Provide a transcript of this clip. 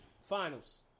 finals